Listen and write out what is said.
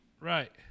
Right